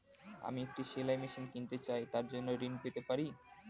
আমি একটি সেলাই মেশিন কিনতে চাই তার জন্য ঋণ পেতে পারি?